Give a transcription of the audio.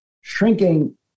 shrinking